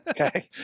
Okay